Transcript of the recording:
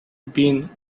been